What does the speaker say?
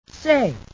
Say